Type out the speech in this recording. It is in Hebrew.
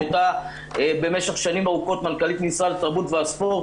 שהייתה במשך שנים ארוכות מנכ"לית משרד התרבות והספורט,